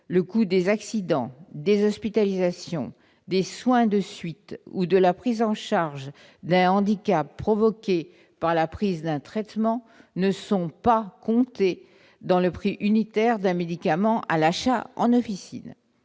le coût des accidents, des hospitalisations, des soins de suite ou de la prise en charge d'un handicap provoqué par la prise d'un traitement, n'est pas comptabilisé dans le prix unitaire d'un médicament à l'achat en officine.